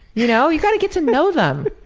you know? you've gotta get to know them.